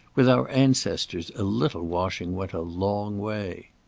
with our ancestors a little washing went a long way.